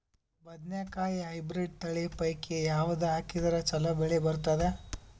ಬದನೆಕಾಯಿ ಹೈಬ್ರಿಡ್ ತಳಿ ಪೈಕಿ ಯಾವದು ಹಾಕಿದರ ಚಲೋ ಬೆಳಿ ಬರತದ?